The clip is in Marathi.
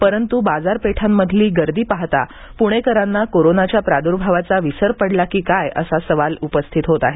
परंतु बाजारपेठांमधील गर्दी पाहता पुणेकरांना करोनाच्या प्रादुर्भावाचा विसर पडला की काय असा सवाल उपस्थित होत आहे